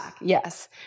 Yes